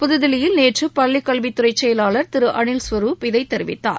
புதுதில்லியில் நேற்று பள்ளி கல்வித்துறை செயவாளர் திரு அனில் ஸ்வருப் இதைத் தெரிவித்தார்